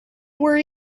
were